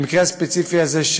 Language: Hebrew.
במקרה הספציפי הזה,